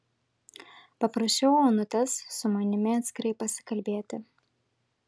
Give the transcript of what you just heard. paprašiau onutės su manimi atskirai pasikalbėti